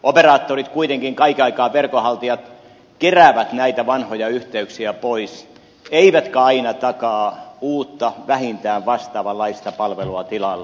operaattorit verkonhaltijat kuitenkin kaiken aikaa keräävät näitä vanhoja yhteyksiä pois eivätkä aina takaa uutta vähintään vastaavanlaista palvelua tilalle